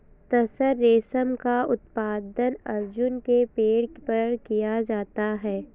तसर रेशम का उत्पादन अर्जुन के पेड़ पर किया जाता है